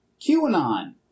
QAnon